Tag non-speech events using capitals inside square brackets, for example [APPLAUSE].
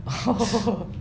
oh [LAUGHS]